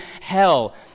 hell